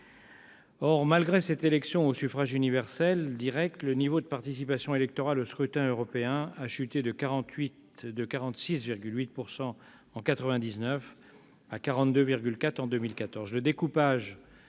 Or, malgré cette élection au suffrage universel direct, le niveau de participation électorale aux scrutins européens a chuté de 46,8 % en 1999 à 42,4 % en 2014.